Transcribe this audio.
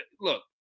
look